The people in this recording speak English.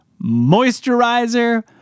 moisturizer